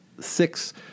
six